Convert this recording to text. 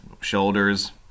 shoulders